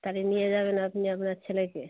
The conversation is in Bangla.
তাহলে নিয়ে যাবেন আপনি আপনার ছেলেকে